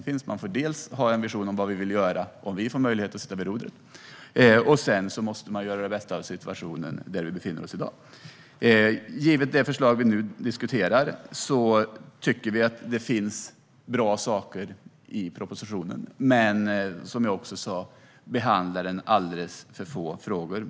Vi har en vision om vad vi vill göra om vi får möjlighet att sitta vid rodret. Sedan måste vi göra det bästa av situationen där vi befinner oss i dag. När det gäller förslaget vi nu diskuterar tycker vi att det finns bra saker i propositionen, men som jag sa behandlar den alldeles för få frågor.